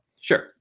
Sure